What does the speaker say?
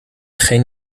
geen